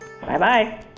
Bye-bye